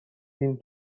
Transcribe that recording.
این